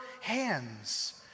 hands